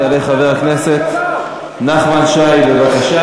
יעלה חבר הכנסת נחמן שי, בבקשה.